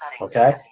Okay